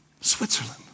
Switzerland